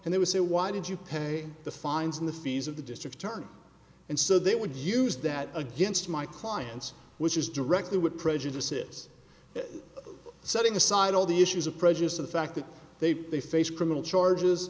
and they would say why did you pay the fines and the fees of the district attorney and so they would use that against my clients which is directly would prejudice is setting aside all the issues of prejudice to the fact that they they face criminal charges